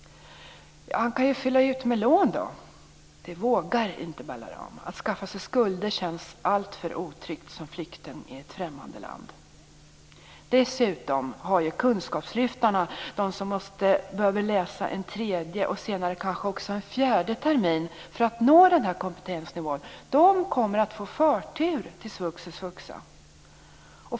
Han kan ju fylla ut med lån. Det vågar inte Balaram. Att skaffa sig skulder känns alltför otryggt som flykting i ett främmande land. Dessutom kommer kunskapslyftarna, de som behöver läsa en tredje och senare en fjärde termin för att nå kompetensnivån, att få förtur till svux och svuxa.